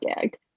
gagged